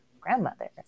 grandmother